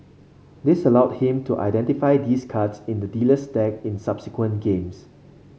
this allowed him to identify these cards in the dealer's deck in subsequent games